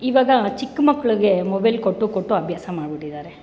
ಇವಾಗ ಚಿಕ್ಕ ಮಕ್ಕಳಿಗೆ ಮೊಬೆಲ್ ಕೊಟ್ಟು ಕೊಟ್ಟು ಅಭ್ಯಾಸ ಮಾಡ್ಬಿಟ್ಟಿದ್ದಾರೆ